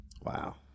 Wow